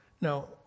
Now